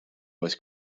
was